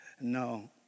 no